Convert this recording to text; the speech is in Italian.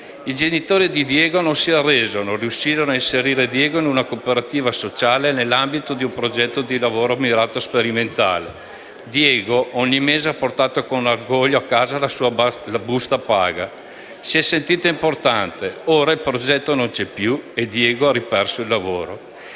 I genitori di Diego non si arresero e riuscirono a farlo inserire in una cooperativa sociale nell'ambito di un progetto di lavoro mirato sperimentale. Diego ogni mese ha portato con orgoglio a casa la sua busta paga, si è sentito importante; ora il progetto non c'è più e Diego ha riperso il lavoro.